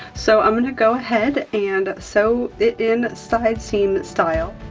so i'm gonna go ahead and sew it in, side seam style.